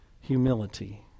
humility